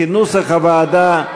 כנוסח הוועדה,